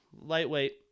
lightweight